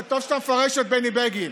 אה, טוב שאתה מפרש את בני בגין.